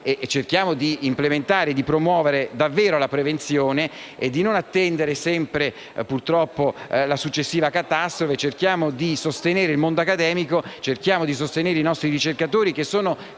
ricerca e di implementare e promuovere davvero la prevenzione, senza attendere sempre, purtroppo, la successiva catastrofe. Cerchiamo di sostenere il mondo accademico e i nostri ricercatori, che sono